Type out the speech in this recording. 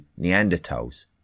Neanderthals